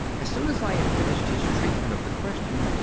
as soon as i had finished his treatment of the question,